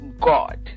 God